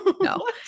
no